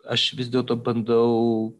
aš vis dėlto bandau